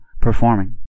performing